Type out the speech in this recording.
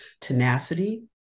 tenacity